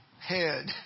head